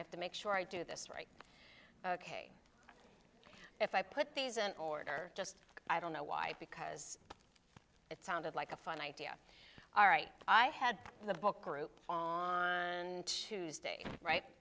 have to make sure i do this right ok if i put these in order just i don't know why because it sounded like a fun idea all right i had the book group and tuesday right